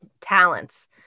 talents